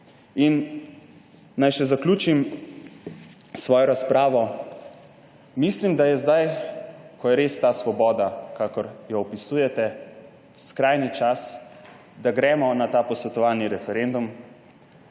Naj še zaključim svojo razpravo. Mislim, da je zdaj, ko je res ta svoboda, kakor jo opisujete, skrajni čas, da gremo na ta posvetovalni referendum,